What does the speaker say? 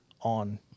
on